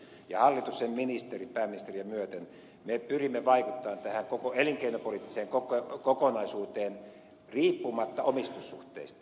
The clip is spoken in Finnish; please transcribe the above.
hallitus sen ministerit pääministeriä myöten pyrkii vaikuttamaan tähän koko elinkeinopoliittiseen kokonaisuuteen riippumatta omistussuhteista